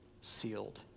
sealed